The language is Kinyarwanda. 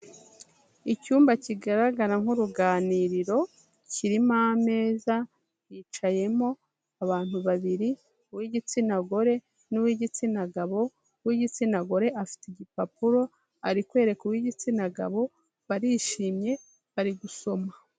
Icyumba kigaragara nk'uruganiriro kirimo ameza, hicayemo abantu babiri uw'igitsina gore n' uw'igitsina gabo, uw'igitsina gore afite igipapuro ari kwereka uw'igitsina gabo barishimye bari gusoma.